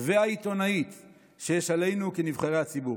ועיתונאית שיש עלינו כנבחרי הציבור.